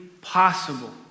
possible